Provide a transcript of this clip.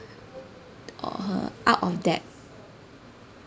or her out of debt